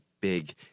big